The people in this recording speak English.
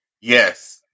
yes